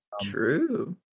True